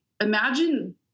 imagine